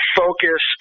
focus